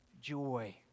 Joy